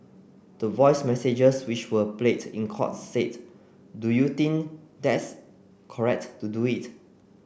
the voice messages which were played in court said do you think that's correct to do it